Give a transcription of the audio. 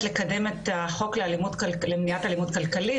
לקדם את החוק למניעת אלימות כלכלית,